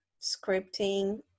scripting